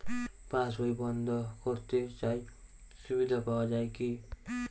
পাশ বই বন্দ করতে চাই সুবিধা পাওয়া যায় কি?